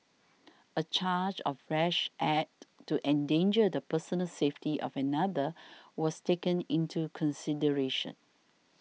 a charge of rash act to endanger the personal safety of another was taken into consideration